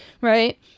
right